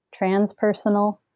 transpersonal